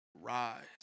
rise